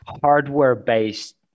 Hardware-based